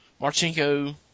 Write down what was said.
Marchenko